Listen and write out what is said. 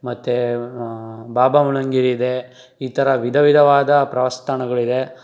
ಮತ್ತು ಬಾಬಾಬುಡನ್ ಗಿರಿ ಇದೆ ಈ ಥರ ವಿಧ ವಿಧವಾದ ಪ್ರವಾಸಿ ತಾಣಗಳಿದೆ